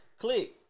click